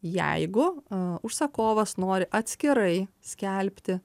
jeigu užsakovas nori atskirai skelbti